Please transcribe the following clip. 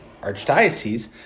archdiocese